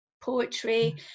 poetry